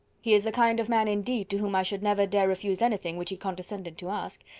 he is the kind of man, indeed, to whom i should never dare refuse anything, which he condescended to ask.